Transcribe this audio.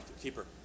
Keeper